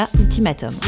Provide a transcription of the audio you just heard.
Ultimatum